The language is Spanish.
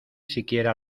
siquiera